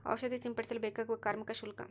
ಔಷಧಿ ಸಿಂಪಡಿಸಲು ಬೇಕಾಗುವ ಕಾರ್ಮಿಕ ಶುಲ್ಕ?